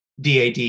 DAD